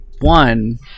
one